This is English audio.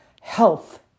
Health